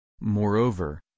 Moreover